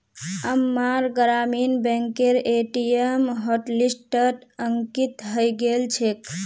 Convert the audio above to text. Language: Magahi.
अम्मार ग्रामीण बैंकेर ए.टी.एम हॉटलिस्टत अंकित हइ गेल छेक